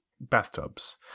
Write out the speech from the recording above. bathtubs